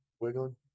wiggling